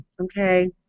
Okay